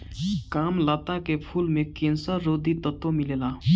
कामलता के फूल में कैंसर रोधी तत्व मिलेला